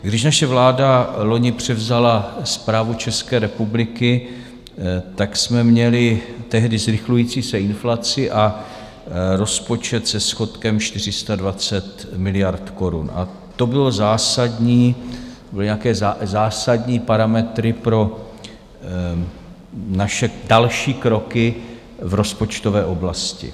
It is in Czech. Když naše vláda loni převzala správu České republiky, tak jsme měli tehdy zrychlující se inflaci a rozpočet se schodkem 420 miliard korun, a to bylo zásadní, to byly nějaké zásadní parametry pro naše další kroky v rozpočtové oblasti.